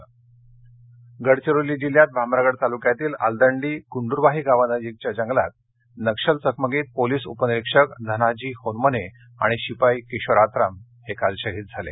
चकमक गडचिरोली गडचिरोली जिल्ह्यात भामरागड तालुक्यातील आलदंडी गुंडुरवाही गावानजिकच्या जंगलात आज नक्षल चकमकीत पोलिस उपनिरीक्षक धनाजी होनमने आणि शिपाई किशोर आत्राम हे शहीद झाले